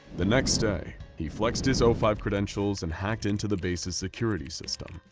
the next day, he flexed his o five credentials and hacked into the base's security system.